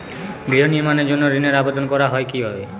গৃহ নির্মাণের জন্য ঋণের আবেদন করা হয় কিভাবে?